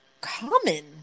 common